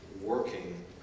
working